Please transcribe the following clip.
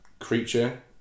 creature